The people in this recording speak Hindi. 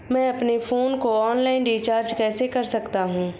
मैं अपने फोन को ऑनलाइन रीचार्ज कैसे कर सकता हूं?